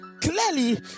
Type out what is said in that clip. clearly